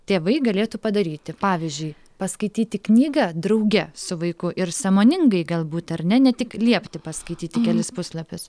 tėvai galėtų padaryti pavyzdžiui paskaityti knygą drauge su vaiku ir sąmoningai galbūt ar ne ne tik liepti paskaityti kelis puslapius